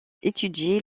étudier